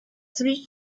three